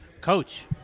Coach